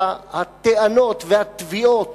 הטענות והתביעות